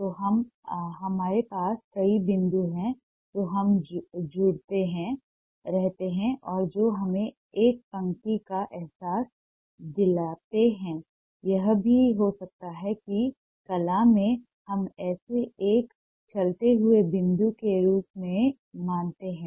तो हमारे पास कई बिंदु हैं जो हम जुड़ते रहते हैं और जो हमें एक पंक्ति का एहसास दिलाते हैं यह भी हो सकता है कि कला में हम इसे एक चलते हुए बिंदु के रूप में मानते हैं